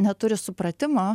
neturi supratimo